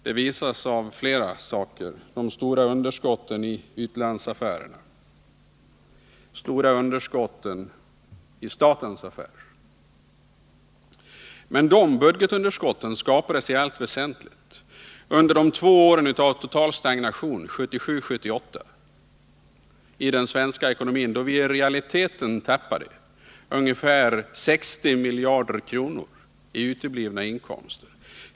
Det visar flera saker: de stora underskotten i utlandsaffärerna och de stora underskotten i statens affärer. Men dessa underskott skapades i allt väsentligt under de två åren av total stagnation i den svenska ekonomin, nåmligen 1977 och 1978, då vi i realiteten tappade ungefär 60 miljarder kronor i uteblivna inkomster.